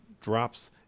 drops